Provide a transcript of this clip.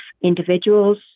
individuals